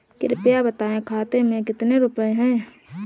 कृपया बताएं खाते में कितने रुपए हैं?